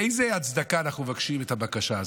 באיזו הצדקה אנחנו מבקשים את הבקשה הזאת?